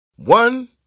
One